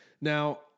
Now